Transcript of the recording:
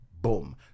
Boom